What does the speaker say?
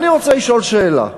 אני רוצה לשאול שאלה: